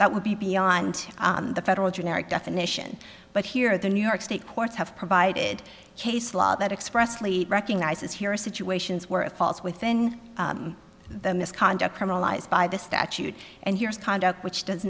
that would be beyond the federal generic definition but here at the new york state courts have provided case law that expressly recognizes here are situations where it falls within the misconduct criminalized by the statute and here is conduct which does